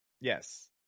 Yes